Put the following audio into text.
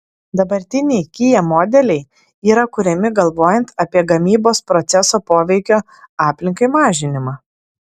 dabartiniai kia modeliai yra kuriami galvojant apie gamybos proceso poveikio aplinkai mažinimą